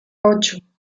ocho